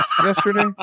yesterday